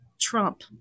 trump